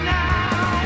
now